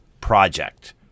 project